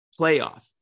playoff